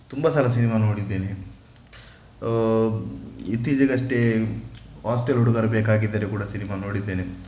ತುಂಬ ಸಲ ಸಿನಿಮಾ ನೋಡಿದ್ದೇನೆ ಇತ್ತೀಚೆಗಷ್ಟೇ ಹಾಸ್ಟೆಲ್ ಹುಡುಗರು ಬೇಕಾಗಿದ್ದಾರೆ ಕೂಡ ಸಿನಿಮಾ ಕೂಡ ನೋಡಿದ್ದೇನೆ